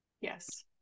yes